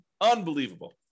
Unbelievable